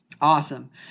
Awesome